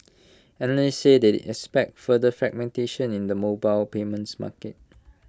analysts said they expect further fragmentation in the mobile payments market